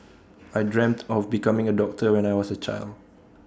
I dreamt of becoming A doctor when I was A child